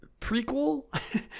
prequel